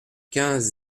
quinze